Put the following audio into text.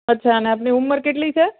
અચ્છા અને આપની ઉમર કેટલી છે